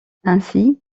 ainsi